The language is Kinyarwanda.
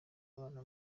abana